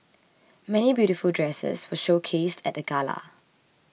many beautiful dresses were showcased at the gala